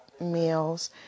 meals